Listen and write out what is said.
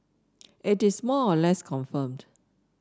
it is more or less confirmed